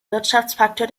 wirtschaftsfaktor